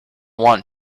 want